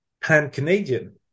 pan-Canadian